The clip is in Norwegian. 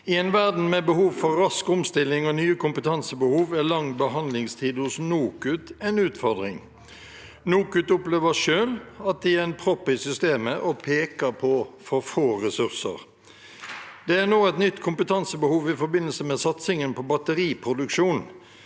«I en verden med behov for rask omstilling og nye kompetansebehov er lang behandlingstid hos NOKUT en utfordring. NOKUT opplever selv at de er en propp i systemet og peker på for få ressurser. Det er nå et nytt kompetansebehov i forbindelse med satsingen på batteriproduksjon.